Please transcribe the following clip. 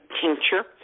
tincture